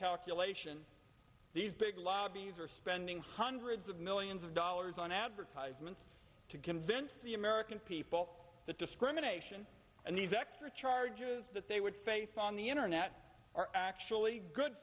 calculation these big lobbies are spending hundreds of millions of dollars on advertisements to convince the american people that discrimination and these extra charges that they would face on the internet are actually good